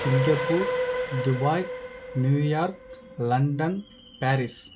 Singapore Dubai New York London Paris